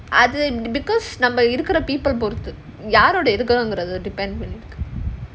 அது:adhu because நம்ம இருக்குற:namma irukkura people பொறுத்து யாரோட இருக்குறோம்னு:poruthu yaaroda irukuromnu depends பண்ணிருக்கு:pannirukku